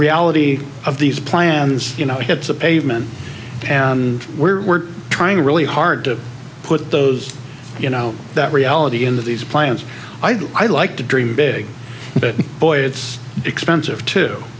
reality of these plans you know hits the pavement and we're trying really hard to put those you know that reality into these plans i like to dream big but boy it's expensive to